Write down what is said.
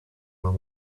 will